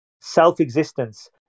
self-existence